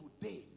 today